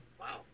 wow